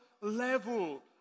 level